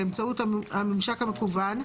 באמצעות הממשק המקוון,